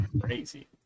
crazy